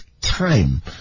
time